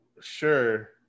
Sure